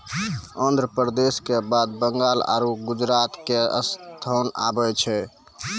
आन्ध्र प्रदेश के बाद बंगाल आरु गुजरात के स्थान आबै छै